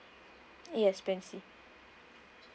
yes plan C